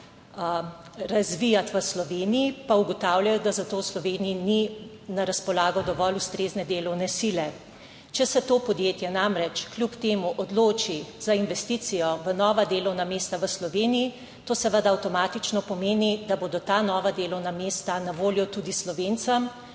razvijati v Sloveniji pa ugotavljajo, da za to v Sloveniji ni na razpolago dovolj ustrezne delovne sile. Če se to podjetje namreč kljub temu odloči za investicijo v nova delovna mesta v Sloveniji, to seveda avtomatično pomeni, da bodo ta nova delovna mesta na voljo tudi Slovencem,